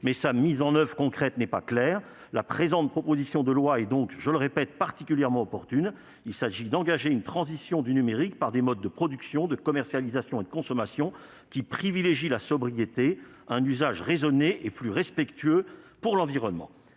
mais sa mise en oeuvre concrète n'est pas claire. La présente proposition de loi est donc, je le répète, particulièrement opportune. Il s'agit d'engager une transition du numérique par des modes de production, de commercialisation et de consommation qui privilégient la sobriété, un usage raisonné et plus respectueux de l'environnement.